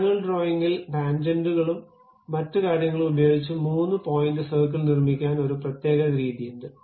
manual ഡ്രോയിംഗിൽ ടാൻജെന്റുകളും മറ്റ് കാര്യങ്ങളും ഉപയോഗിച്ച് മൂന്ന് പോയിന്റ് സർക്കിൾ നിർമ്മിക്കാൻ ഒരു പ്രത്യേക രീതി ഉണ്ട്